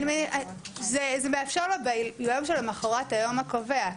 זה מאפשר לו ביום שלמוחרת היום הקובע.